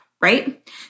right